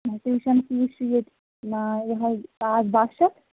tuition fee چھُ ییٚتہِ یِہوٚے بَہہ شَتھ